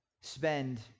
spend